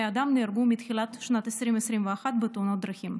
אדם נהרגו מתחילת שנת 2021 בתאונות דרכים.